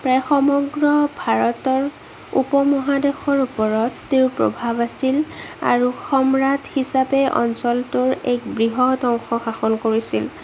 প্ৰায় সমগ্ৰ ভাৰতৰ উপমহাদেশৰ ওপৰত তেওঁৰ প্ৰভাৱ আছিল আৰু সম্ৰাট হিচাপে অঞ্চলটোৰ এক বৃহৎ অংশ শাসন কৰিছিল